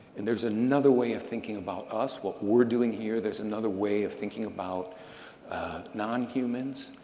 and there's another way of thinking about us, what we're doing here. there's another way of thinking about non-humans,